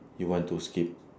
you want to skip